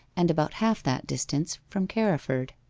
and about half that distance from carriford.